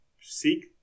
seek